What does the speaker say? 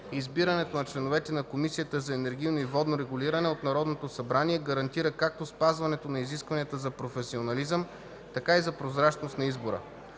Избирането на членовете на Комисията за енергийно и водно регулиране от Народното събрание гарантира както спазване на изискванията за професионализъм, така и за прозрачност на избора.